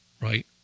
Right